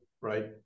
right